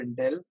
Intel